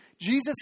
Jesus